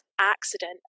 accident